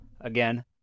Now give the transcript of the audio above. again